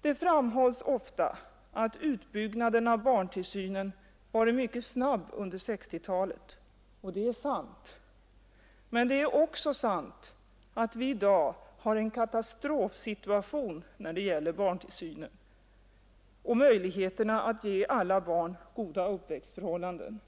Det framhålls ofta att utbyggnaden av barntillsynen varit mycket snabb under 1960-talet. Och det är sant. Men det är också sant att vi i dag har en katastrofsituation när det gäller barntillsynen och möjligheterna att ge alla barn goda uppväxtförhållanden.